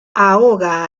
ahoga